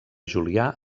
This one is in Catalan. julià